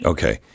Okay